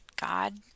God